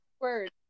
word